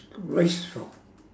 disgraceful